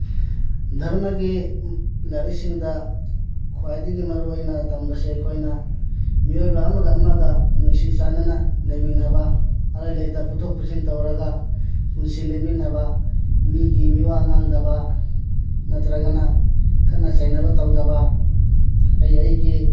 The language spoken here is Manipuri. ꯙꯔꯃꯥꯒꯤ ꯂꯥꯏꯔꯤꯛꯁꯤꯡꯗ ꯈ꯭ꯋꯥꯏꯗꯒꯤ ꯃꯔꯨ ꯑꯣꯏꯅ ꯇꯝꯕꯁꯦ ꯑꯩꯈꯣꯏꯅ ꯃꯤꯑꯣꯏꯕ ꯑꯃꯒ ꯑꯃꯒ ꯅꯨꯡꯁꯤ ꯆꯥꯟꯅꯅ ꯂꯩꯃꯤꯟꯅꯕ ꯑꯔꯩ ꯂꯩꯇꯥ ꯄꯨꯊꯣꯛ ꯄꯨꯁꯤꯟ ꯇꯧꯔꯒ ꯄꯨꯟꯁꯤ ꯂꯦꯟꯃꯤꯟꯅꯕ ꯃꯤꯒꯤ ꯃꯤꯋꯥꯥ ꯉꯥꯡꯗꯕ ꯅꯠꯇ꯭ꯔꯒꯅ ꯈꯠꯅ ꯆꯩꯅꯕ ꯇꯧꯗꯕ ꯑꯩꯑꯩꯒꯤ